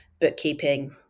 bookkeeping